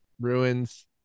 ruins